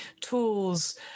tools